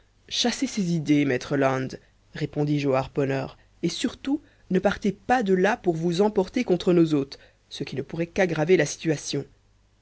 chassez ces idées maître land répondis-je au harponneur et surtout ne partez pas de là pour vous emporter contre nos hôtes ce qui ne pourrait qu'aggraver la situation